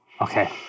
Okay